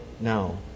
now